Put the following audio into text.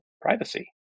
privacy